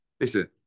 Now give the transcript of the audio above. Listen